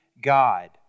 God